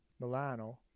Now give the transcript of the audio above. Milano